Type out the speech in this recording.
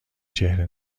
چهره